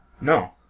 No